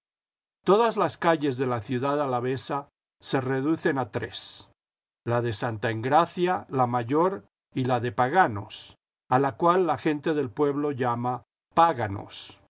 todas las calles de la ciudad alavesa se reducen a tres la de santa engracia la mayor y la de paganos a la cual la gente del pu eblo llama páganos